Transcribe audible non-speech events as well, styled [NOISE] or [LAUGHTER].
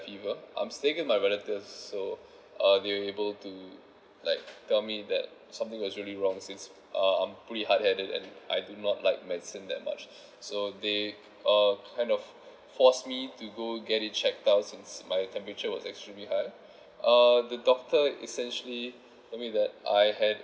fever I'm staying with my relatives so uh they able to like tell me that something was really wrong since uh I'm pretty hard headed and I do not like medicine that much [BREATH] so they uh kind of force me to go get it checked out since my temperature was extremely high [BREATH] uh the doctor essentially told me that I had